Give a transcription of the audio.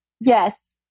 Yes